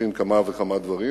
מכין כמה וכמה דברים.